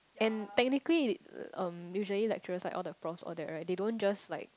and technically um usually lecturers like all the profs all that right they don't just like